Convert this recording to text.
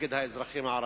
נגד האזרחים הערבים.